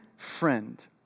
friend